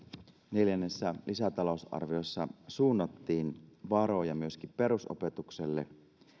neljännessä lisätalousarviossa suunnattiin varoja myöskin perusopetukselle